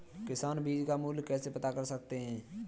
किसान बीज का मूल्य कैसे पता कर सकते हैं?